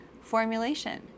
formulation